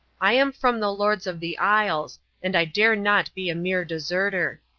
i am from the lords of the isles and i dare not be a mere deserter.